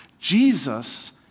Jesus